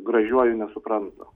gražiuoju nesupranta